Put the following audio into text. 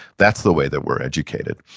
that's the way that we're educated.